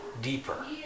deeper